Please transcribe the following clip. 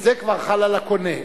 זה כבר חל על הקונה.